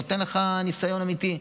נותן לך ניסיון אמיתי,